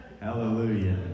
Hallelujah